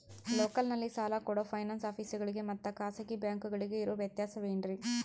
ಲೋಕಲ್ನಲ್ಲಿ ಸಾಲ ಕೊಡೋ ಫೈನಾನ್ಸ್ ಆಫೇಸುಗಳಿಗೆ ಮತ್ತಾ ಖಾಸಗಿ ಬ್ಯಾಂಕುಗಳಿಗೆ ಇರೋ ವ್ಯತ್ಯಾಸವೇನ್ರಿ?